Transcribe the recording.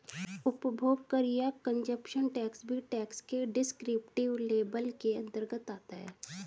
उपभोग कर या कंजप्शन टैक्स भी टैक्स के डिस्क्रिप्टिव लेबल के अंतर्गत आता है